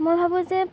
মই ভাবো যে